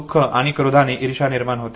दुख आणि क्रोधाने ईर्ष्या निर्माण होते